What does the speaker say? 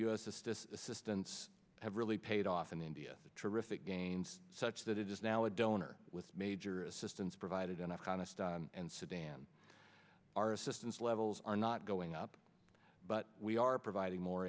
the stis assistance have really paid off in india terrific gains such that it is now a donor with major assistance provided in afghanistan and sudan our assistance levels are not going up but we are providing more